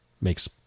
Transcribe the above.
Makes